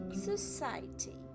society